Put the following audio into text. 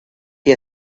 you